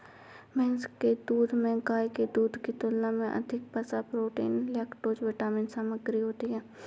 भैंस के दूध में गाय के दूध की तुलना में अधिक वसा, प्रोटीन, लैक्टोज विटामिन सामग्री होती है